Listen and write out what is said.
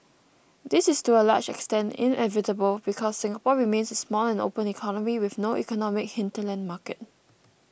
this is to a large extent inevitable because Singapore remains a small and open economy with no economic hinterland market